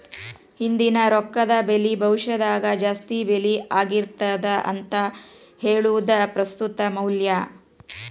ಇಂದಿನ ರೊಕ್ಕದ ಬೆಲಿ ಭವಿಷ್ಯದಾಗ ಜಾಸ್ತಿ ಬೆಲಿ ಆಗಿರ್ತದ ಅಂತ ಹೇಳುದ ಪ್ರಸ್ತುತ ಮೌಲ್ಯ